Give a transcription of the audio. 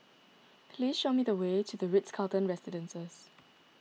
please show me the way to the Ritz Carlton Residences